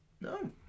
No